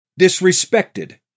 disrespected